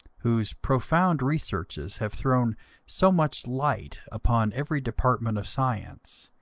whose profound researches have thrown so much light upon every department of science,